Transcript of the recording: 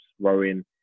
rowing